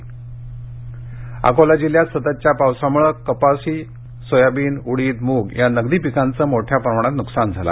आंदोलन अकोला जिल्ह्यात सततच्या पावसामुळे कपाशी सोयाबीन उडीद मूग या नगदी पिकांचे मोठ्या प्रमाणात नुकसान झालं